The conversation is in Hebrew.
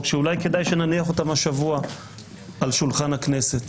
שאולי כדאי שנניח אותן השבוע על שולחן הכנסת.